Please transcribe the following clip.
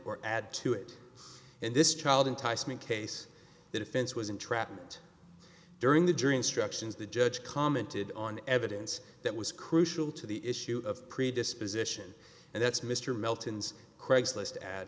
or add to it in this child enticement case the defense was entrapment during the jury instructions the judge commented on evidence that was crucial to the issue of predisposition and that's mr melton's craigslist a